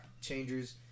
changers